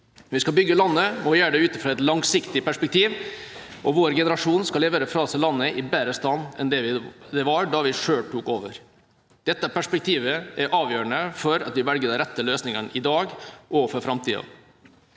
Vi skal bygge landet og gjøre det ut fra et langsiktig perspektiv, og vår generasjon skal levere fra seg landet i bedre stand enn det var da vi selv tok over. Dette perspektivet er avgjørende for at vi velger de rette løsningene i dag og for framtiden.